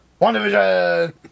WandaVision